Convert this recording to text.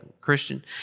Christian